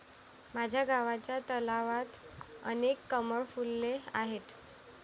माझ्या गावच्या तलावात अनेक कमळ फुलले आहेत